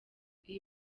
iyi